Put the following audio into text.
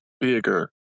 bigger